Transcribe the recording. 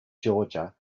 georgia